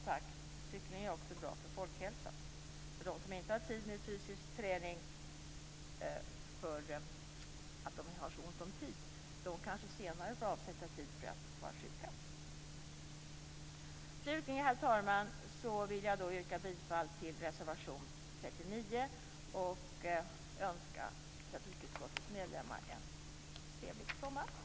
Cykling är som sagt också bra för folkhälsan. De som inte har tid med fysisk träning kanske senare får avsätta tid för att vara sjuka. Slutligen, herr talman, vill jag yrka bifall till reservation 39 och önska trafikutskottets medlemmar en trevlig sommar.